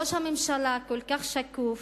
ראש הממשלה כל כך שקוף,